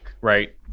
right